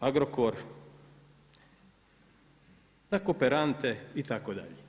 Agrokor, na kooperante itd.